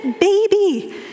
baby